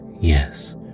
Yes